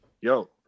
yo